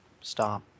Stop